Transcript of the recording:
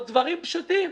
או דברים פשוטים,